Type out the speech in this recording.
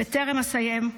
בטרם אסיים,